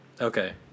Okay